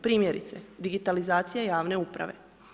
Primjerice, digitalizacija javne uprave.